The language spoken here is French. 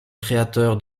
créateur